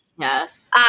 yes